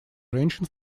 женщин